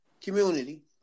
community